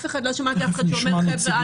לא שמעתי אף אחד שאומר: חבר'ה,